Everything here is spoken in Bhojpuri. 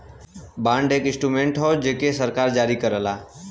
बांड एक इंस्ट्रूमेंट हौ जेके सरकार जारी करला